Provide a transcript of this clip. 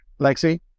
lexi